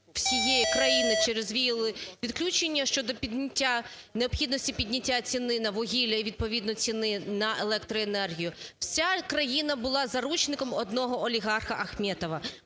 вся країна була заручником одного олігарха – Ахметова.